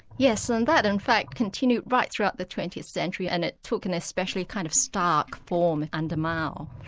yes, and that in fact continued right throughout the twentieth century and it took an especially kind of stark form under mao.